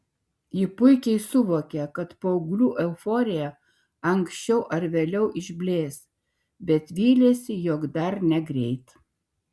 ji puikiai suvokė kad paauglių euforija anksčiau ar vėliau išblės bet vylėsi jog dar negreit